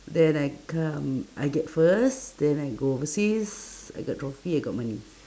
then I come I get first then I go overseas I got trophy I got money